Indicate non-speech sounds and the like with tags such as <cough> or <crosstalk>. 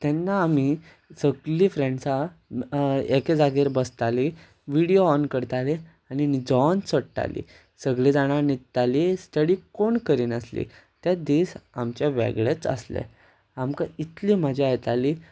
तेन्ना आमी सगळीं फ्रेंड्सां एके जागयार बसतालीं व्हिडियो ऑन करतालीं आनी <unintelligible> सोडटालीं सगळीं जाणां न्हिदतालीं स्टडी कोण करिनासलीं ते दीस आमचे वेगळेच आसले आमकां इतली मजा येताली